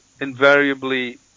invariably